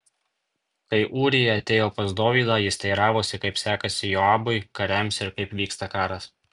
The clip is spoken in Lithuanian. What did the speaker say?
kai ūrija atėjo pas dovydą jis teiravosi kaip sekasi joabui kariams ir kaip vyksta karas